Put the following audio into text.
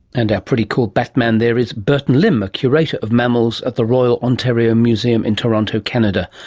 and our pretty cool bat man there is burton lim, a curator of mammals at the royal ontario museum in toronto, canada,